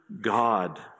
God